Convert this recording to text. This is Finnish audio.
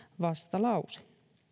vastalause